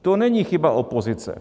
To není chyba opozice.